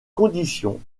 conditions